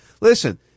Listen